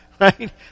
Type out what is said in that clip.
Right